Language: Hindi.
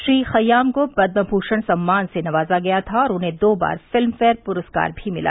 श्री खय्याम को पदममूषण सम्मान से नवाजा गया था और उन्हे दो बार फिल्म फेयर पुरस्कार भी मिला